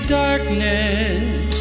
darkness